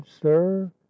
sir